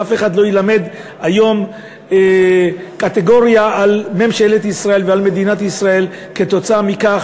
שאף אחד לא ילמד היום קטגוריה על ממשלת ישראל ועל מדינת ישראל כתוצאה מכך